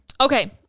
Okay